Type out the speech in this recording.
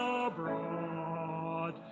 abroad